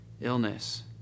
illness